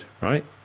right